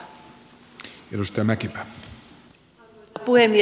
arvoisa puhemies